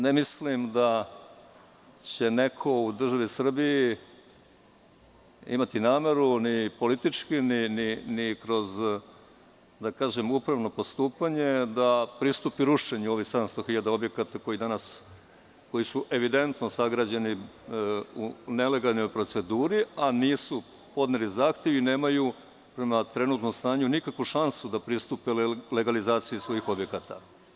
Ne mislim da će neko u državi Srbiji imati nameru ni politički, ni kroz upravno postupanje, da pristupi rušenju ovih 700.000 objekata koji su evidentno sagrađeni u nelegalnoj proceduri, a nisu podneli zahtev i nemaju prema trenutnom stanju nikakvu šansu da pristupe legalizaciji svojih objekata.